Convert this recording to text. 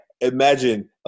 imagine